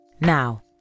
Now